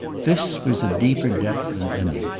this was a deeper depth than any,